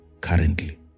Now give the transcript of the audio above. currently